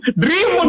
dream